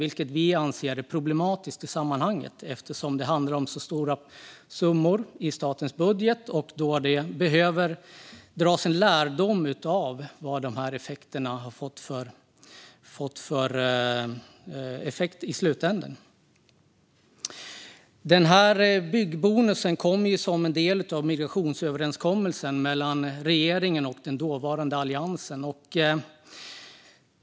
Vi anser att det är problematiskt, eftersom det handlar om så stora summor i statens budget och man behöver dra lärdom av effekterna. Byggbonusen kom till som en del av migrationsöverenskommelsen mellan regeringen och dåvarande Alliansen.